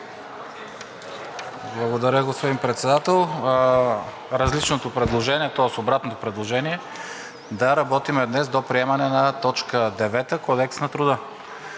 Благодаря, господин Председател. Различното предложение, тоест обратното предложение, да работим днес до приемане на точка девета – Кодекса на труда.